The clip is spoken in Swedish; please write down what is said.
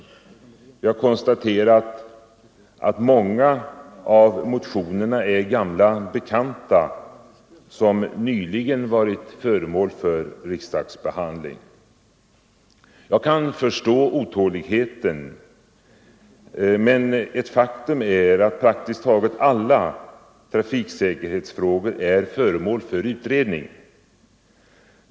Vi har konstaterat att många av motionerna är gamla bekanta som nyligen varit föremål för riksdagsbehandling. Jag kan förstå otåligheten, men ett faktum är att praktiskt taget alla trafiksäkerhetsfrågor är under utredning.